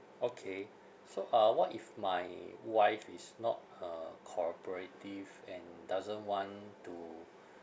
okay so uh what if my wife is not uh cooperative and doesn't want to